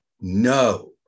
no